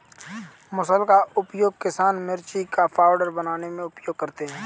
मुसल का उपयोग किसान मिर्ची का पाउडर बनाने में उपयोग करते थे